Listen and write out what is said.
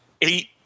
eight